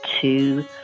two